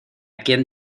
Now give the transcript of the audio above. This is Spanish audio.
quién